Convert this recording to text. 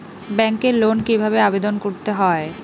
ব্যাংকে লোন কিভাবে আবেদন করতে হয়?